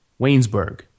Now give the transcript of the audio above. Waynesburg